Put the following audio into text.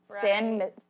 Sin